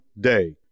day